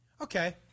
Okay